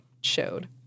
showed